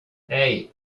hey